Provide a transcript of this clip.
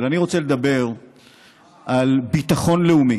אבל אני רוצה לדבר על ביטחון לאומי.